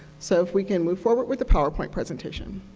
so, if we can move forward with the powerpoint presentation.